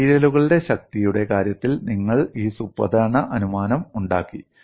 മെറ്റീരിയലുകളുടെ ശക്തിയുടെ കാര്യത്തിൽ നിങ്ങൾ ഈ സുപ്രധാന അനുമാനം ഉണ്ടാക്കി